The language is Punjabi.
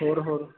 ਹੋਰ ਹੋਰ